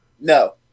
No